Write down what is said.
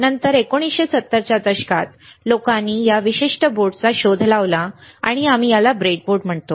आणि नंतर 1970 च्या दशकात लोकांनी या विशिष्ट बोर्डचा शोध लावला आणि आम्ही याला ब्रेडबोर्ड म्हणतो